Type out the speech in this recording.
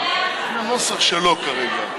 הנוסח שלו כרגע,